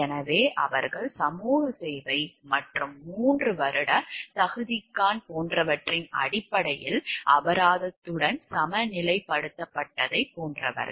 எனவே அவர்கள் சமூக சேவை மற்றும் 3 வருட தகுதிகாண் போன்றவற்றின் அடிப்படையில் அபராதத்துடன் சமநிலைப்படுத்தப்பட்டதைப் போன்றவர்கள்